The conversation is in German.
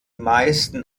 meisten